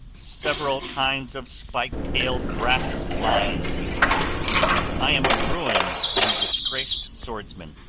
several kinds of spike-tailed brass lions! he cried i am a ruined and disgraced swordsman!